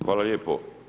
Hvala lijepo.